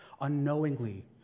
unknowingly